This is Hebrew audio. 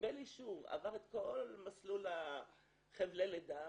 קיבל אישור, עבר את כל מסלול חבלי הלידה,